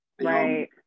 Right